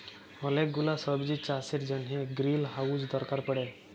ওলেক গুলা সবজির চাষের জনহ গ্রিলহাউজ দরকার পড়ে